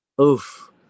Oof